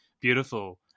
beautiful